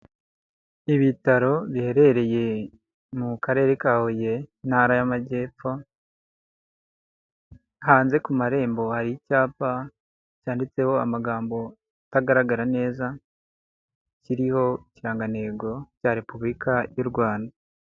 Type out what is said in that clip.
Ibitaro biherereye mu Karere ka Huye, Intara y'Amajyepfo, hanze ku marembo hari icyapa cyanditseho amagambo atagaragara neza, kiriho ikirangantego cya Repubulika y'u Rwanda.